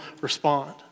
respond